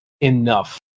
enough